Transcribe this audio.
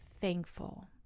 thankful